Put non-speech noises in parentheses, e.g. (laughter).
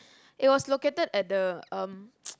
it was located at the um (noise)